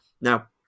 Now